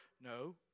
No